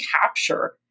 capture